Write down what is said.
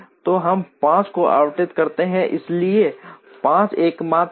तो हम 5 को आवंटित करते हैं इसलिए 5 एकमात्र है